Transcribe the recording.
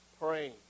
praying